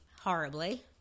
horribly